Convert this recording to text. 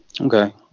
Okay